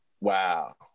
Wow